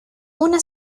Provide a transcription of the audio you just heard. una